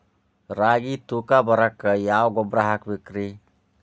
ರಾಗಿ ತೂಕ ಬರಕ್ಕ ಯಾವ ಗೊಬ್ಬರ ಹಾಕಬೇಕ್ರಿ?